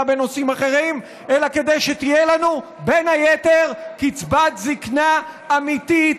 בנושאים אחרים אלא כדי שתהיה לנו בין היתר קצבת זקנה אמיתית,